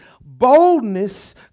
Boldness